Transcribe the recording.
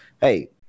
hey